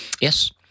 Yes